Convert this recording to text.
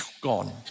gone